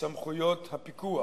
סמכויות הפיקוח: